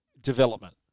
development